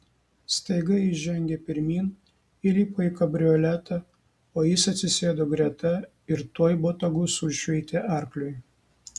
staiga ji žengė pirmyn įlipo į kabrioletą o jis atsisėdo greta ir tuoj botagu sušveitė arkliui